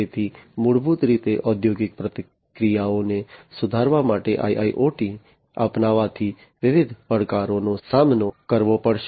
તેથી મૂળભૂત રીતે ઔદ્યોગિક પ્રક્રિયાઓને સુધારવા માટે IIoT અપનાવવાથી વિવિધ પડકારોનો સામનો કરવો પડશે